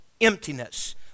emptiness